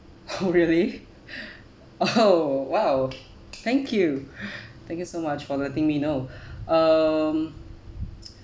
oh really oh !wow! thank you thank you so much for letting me know um